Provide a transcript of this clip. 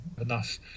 enough